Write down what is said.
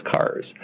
cars